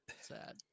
sad